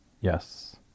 Yes